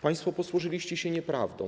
Państwo posłużyliście się nieprawdą.